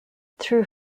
through